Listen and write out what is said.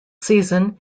season